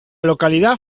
localidad